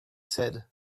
said